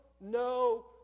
no